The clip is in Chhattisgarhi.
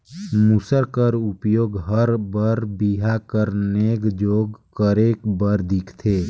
मूसर कर उपियोग हर बर बिहा कर नेग जोग करे बर दिखथे